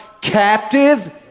captive